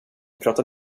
pratar